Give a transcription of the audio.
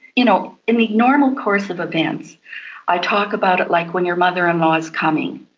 you know in the normal course of events, i talk about it like when your mother-in-law is coming.